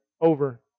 over